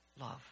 love